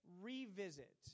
revisit